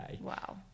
Wow